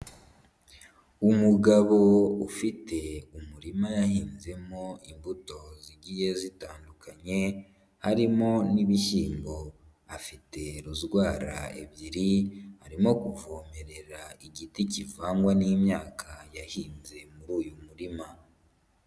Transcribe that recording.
Umugabo ufite umurima yahinzemo imbuto zigiye zitandukanye, harimo n'ibishyimbo. Afite rozwara ebyiri, arimo kuvomerera igiti kivangwa n'imyaka yahinze muri uyu murima.